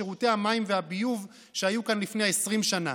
לשירותי המים והביוב שהיו כאן לפני 20 שנה.